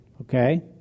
Okay